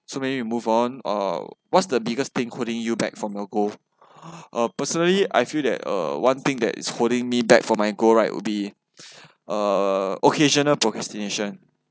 so maybe we move on or what's the biggest thing holding you back from your goal uh personally I feel that uh one thing that is holding me back for my goal right would be uh occasional procrastination